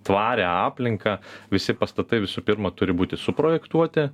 tvarią aplinką visi pastatai visų pirma turi būti suprojektuoti